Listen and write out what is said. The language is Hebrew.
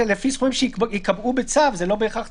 זו הייתה ההערה שלנו בזמנו.